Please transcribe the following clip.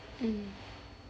mm